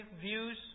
views